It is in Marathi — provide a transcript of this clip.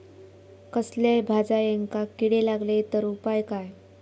कसल्याय भाजायेंका किडे लागले तर उपाय काय?